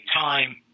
time